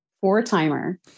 four-timer